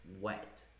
wet